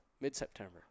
mid-September